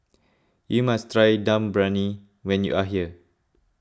you must try Dum Briyani when you are here